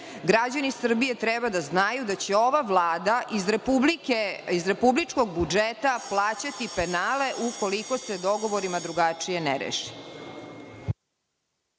građani Srbije treba da znaju da će ova Vlada iz republičkog budžeta plaćati penale, ukoliko se dogovorima drugačije ne reši.